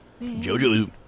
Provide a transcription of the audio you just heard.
Jojo